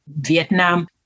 Vietnam